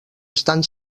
estan